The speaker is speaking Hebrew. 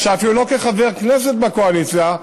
חלק מהקואליציה?